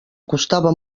costava